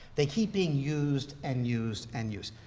they keep being used and used and used.